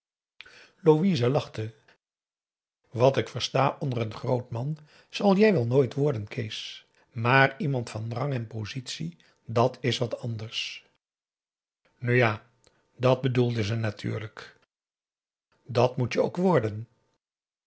louise lachte wat ik versta onder een groot man zal jij wel nooit worden kees maar iemand van rang en positie dat is wat anders nu ja dàt bedoelde ze natuurlijk dat moet je ook worden